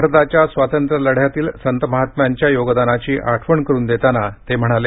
भारताच्या स्वातंत्र्य लढ्यातील संत महात्म्यांच्या योगदानाची आठवण करुन देताना ते म्हणाले